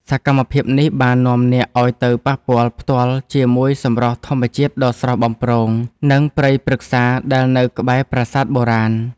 សកម្មភាពនេះបាននាំអ្នកឱ្យទៅប៉ះពាល់ផ្ទាល់ជាមួយសម្រស់ធម្មជាតិដ៏ស្រស់បំព្រង និងព្រៃព្រឹក្សាដែលនៅក្បែរប្រាសាទបុរាណ។